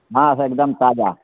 हँ हइ एकदम ताजा